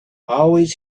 always